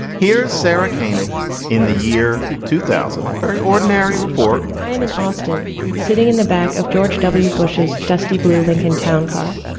here's sarah config in the year two thousand. very ordinary report i am in austin sitting in the back of george w. bush's dusty blue lincoln town car.